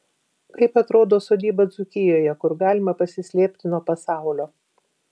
kaip atrodo sodyba dzūkijoje kur galima pasislėpti nuo pasaulio